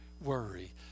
worry